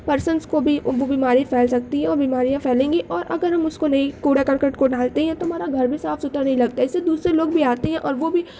persons کو بھی وہ بیماری پھیل سکتی ہے اور بیماریاں پھیلیں گی اور اگر ہم اس کو نہیں کوڑا کرکٹ کو ڈالتے ہیں تو ہمارا گھر بھی صاف ستھرا نہیں لگتا اس سے دوسرے لوگ بھی آتے ہیں اور وہ بھی